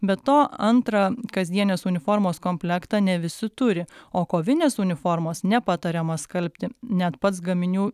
be to antrą kasdienės uniformos komplektą ne visi turi o kovinės uniformos nepatariama skalbti net pats gaminių